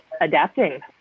adapting